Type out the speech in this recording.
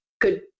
good